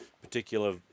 particular